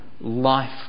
life